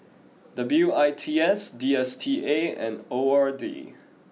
W I T S D S T A and O R D